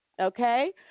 okay